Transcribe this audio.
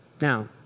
Now